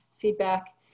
feedback